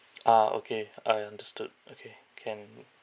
ah okay I understood okay can